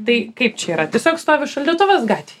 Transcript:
tai kaip čia yra tiesiog stovi šaldytuvas gatvėj